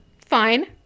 fine